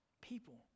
people